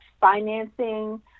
financing